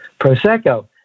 Prosecco